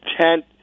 tent